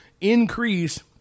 increase